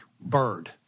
Bird